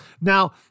Now